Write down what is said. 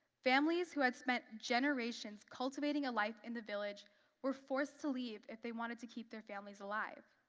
families who had spent generations cultivating a life in the village were forced to leave if they wanted to keep their families alive.